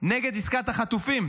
נגד עסקת החטופים.